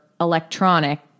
electronic